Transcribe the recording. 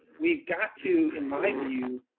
we've got to, in my view,